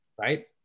right